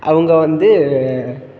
அவங்க வந்து